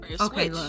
Okay